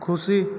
ᱠᱷᱩᱥᱤ